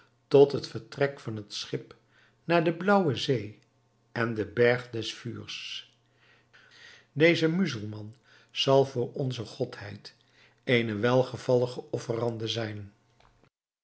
tot het vertrek van het schip naar de blaauwe zee en den berg des vuurs deze muzelman zal voor onze godheid eene welgevallige offerhande zijn